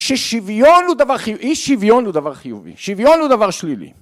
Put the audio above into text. ששוויון הוא דבר חיובי, אי שוויון הוא דבר חיובי, שוויון הוא דבר שלילי.